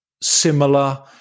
similar